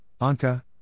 Anka